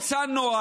צריך למצוא נוהל.